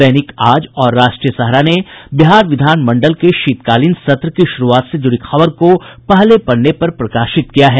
दैनिक आज और राष्ट्रीय सहारा ने बिहार विधानमंडल के शीतकालीन सत्र की शुरूआत से जुड़ी खबर को पहले पन्ने पर प्रकाशित किया है